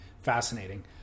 fascinating